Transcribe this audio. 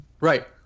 Right